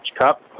cup